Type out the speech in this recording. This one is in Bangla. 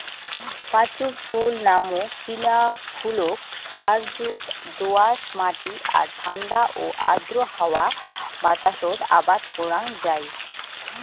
পাঁচু ফুল নামক চিনা ফুলক সারযুত দো আঁশ মাটি আর ঠান্ডা ও আর্দ্র হাওয়া বাতাসত আবাদ করাং যাই